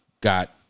got